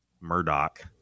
Murdoch